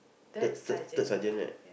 third third third sergeant right